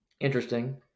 Interesting